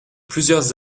plusieurs